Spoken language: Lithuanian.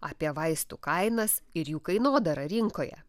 apie vaistų kainas ir jų kainodarą rinkoje